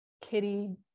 kitty